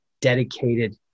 dedicated